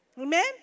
amen